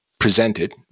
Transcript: presented